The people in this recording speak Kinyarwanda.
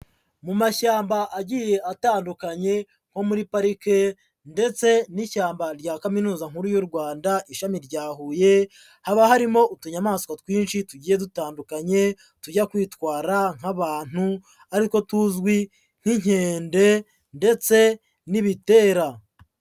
Mu mashyamba agiye atandukanye nko muri parike ndetse n'ishyamba rya kaminuza nkuru y'u Rwanda ishami rya Huye, haba harimo utunyamaswa twinshi tugiye dutandukanye tujya kwitwara nk'abantu, ari two tuzwi nk'inkende ndetse n'ibitera.